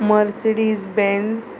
Mercedes Benz